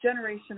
generational